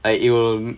it it will